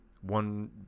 one